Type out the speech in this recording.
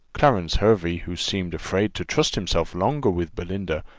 clarence hervey, who seemed afraid to trust himself longer with belinda,